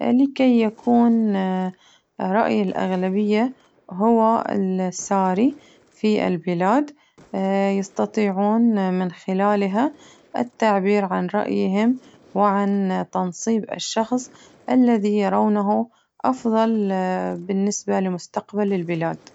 لكي يكون رأي الأغلبية هو الساري في البلاد يستطيعون من خلالها التعبير عن رأيهم وعن تنصيب الشخص الذي يرونه أفضل بالنسبة لمستقبل البلاد.